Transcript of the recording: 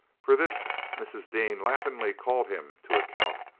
for this mrs. dean laughingly called him to account,